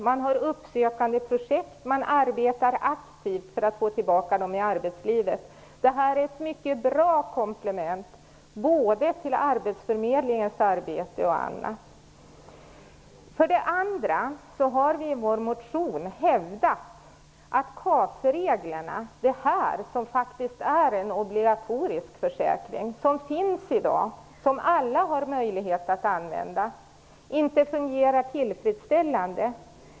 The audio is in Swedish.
Man har uppsökande projekt, man arbetar aktivt för att få tillbaka dem i arbetslivet. Det är ett mycket bra komplement både till arbetsförmedlingens arbete och på annat vis. För det andra har vi i vår motion hävdat att KAS reglerna - det är här vi faktiskt har en obligatorisk försäkring som alla har möjlighet att använda - inte fungerar tillfredsställande.